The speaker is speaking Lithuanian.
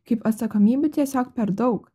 kaip atsakomybių tiesiog per daug